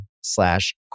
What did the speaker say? slash